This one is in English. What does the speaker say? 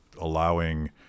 allowing